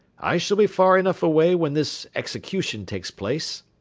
i shall be far enough away when this execution takes place.